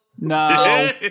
No